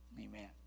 Amen